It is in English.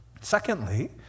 Secondly